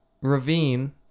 Ravine